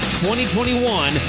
2021